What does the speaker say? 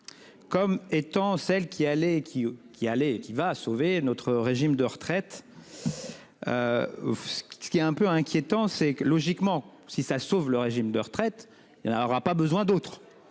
qui eux qui allait qui va sauver notre régime de retraite. Ce qui est un peu inquiétant, c'est que logiquement si ça sauve le régime de retraite. Il aura pas besoin d'autre